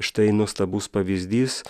štai nuostabus pavyzdys